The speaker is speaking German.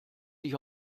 sich